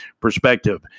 perspective